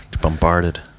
bombarded